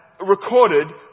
recorded